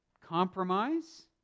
compromise